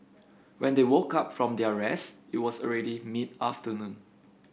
when they woke up from their rest it was already mid afternoon